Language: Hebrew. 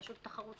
רשות התחרות,